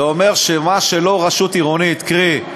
זה אומר שמה שלא רשות עירונית, קרי,